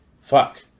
fuck